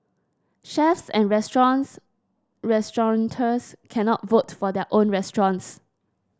chefs and restaurants restaurateurs cannot vote for their own restaurants